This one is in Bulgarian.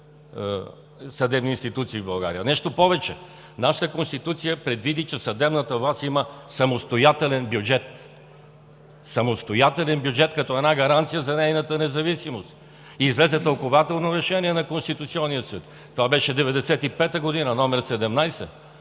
съдебни институции в България. Нещо повече. Нашата Конституция предвиди, че съдебната власт има самостоятелен бюджет като гаранция за нейната независимост и излезе тълкувателно решение на Конституционния съд. Това беше 1995 г. – Решение № 17,